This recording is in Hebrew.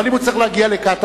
אבל אם הוא צריך להגיע לקטמון,